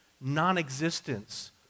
non-existence